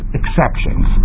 exceptions